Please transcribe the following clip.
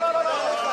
לא, לא, לא.